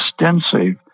extensive